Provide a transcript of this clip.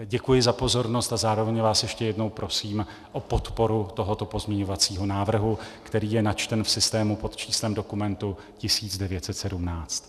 Děkuji za pozornost a zároveň vás ještě jednou prosím o podporu tohoto pozměňovacího návrhu, který je načten v systému pod číslem dokumentu 1917.